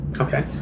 Okay